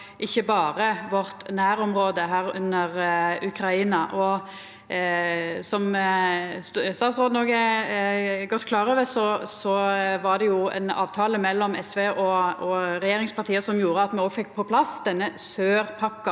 ikkje berre vårt nærområde, medrekna Ukraina. Som statsråden er godt klar over, var det ein avtale mellom SV og regjeringspartia som gjorde at me fekk på plass denne sør-pakken